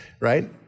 right